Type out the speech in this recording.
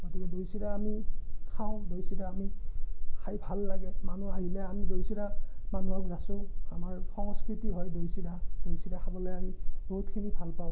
গতিকে দৈ চিৰা আমি খাওঁ দৈ চিৰা আমি খাই ভাল লাগে মানুহ আহিলে আমি দৈ চিৰা মানুহক যাচোঁ আমাৰ সংস্কৃতি হয় দৈ চিৰা দৈ চিৰা খাবলৈ আমি বহুতখিনি ভাল পাওঁ